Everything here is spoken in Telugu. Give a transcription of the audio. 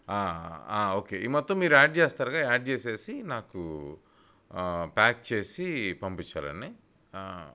ఓకే ఈ మొత్తం మీరు యాడ్ చేస్తారు కదా యాడ్ చేసి నాకు ప్యాక్ చేసి పంపించాలండి